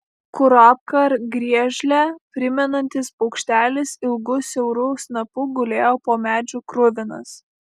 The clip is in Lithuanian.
kurapką ar griežlę primenantis paukštelis ilgu siauru snapu gulėjo po medžiu kruvinas